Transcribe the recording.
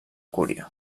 cúria